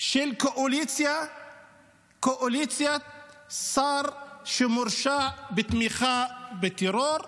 של קואליציית שר שמורשע בתמיכה בטרור.